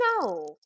No